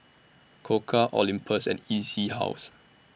Koka Olympus and E C House